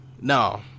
No